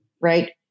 right